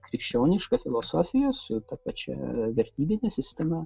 krikščioniška filosofija su ta pačia vertybine sistema